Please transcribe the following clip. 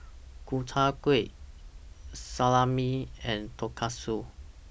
Gobchang Gui Salami and Tonkatsu